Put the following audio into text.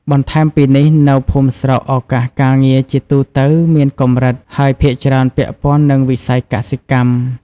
បន្ថែមពីនេះ នៅភូមិស្រុកឱកាសការងារជាទូទៅមានកម្រិត ហើយភាគច្រើនពាក់ព័ន្ធនឹងវិស័យកសិកម្ម។